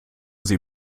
sie